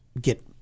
get